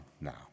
now